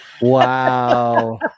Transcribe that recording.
Wow